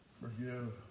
forgive